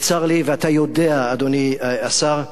וצר לי, ואתה יודע, אדוני השר מש"ס,